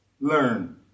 Learn